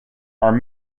are